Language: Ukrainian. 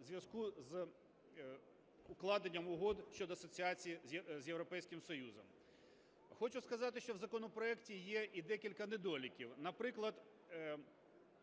у зв'язку з укладенням Угоди про асоціацію з Європейським Союзом. Хочу сказати, що в законопроекті є і декілька недоліків.